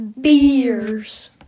beers